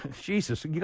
Jesus